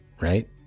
right